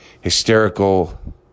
hysterical